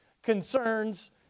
concerns